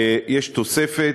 יש תוספת.